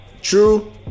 true